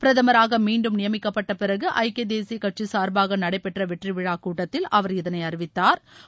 பிரதமராக மீண்டும் நியமிக்கப்பட்ட பிறகு ஐக்கிய தேசிய கட்சி சார்பாக நடைபெற்ற வெற்றி விழா கூட்டத்தில் அவர் இதனை அறிவித்தாா்